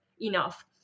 enough